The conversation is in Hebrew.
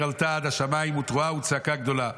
עלתה עד השמיים ותרועה וצעקה גדולה.